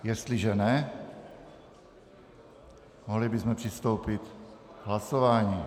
Jestliže ne, mohli bychom přistoupit k hlasování.